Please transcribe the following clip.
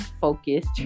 focused